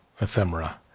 ephemera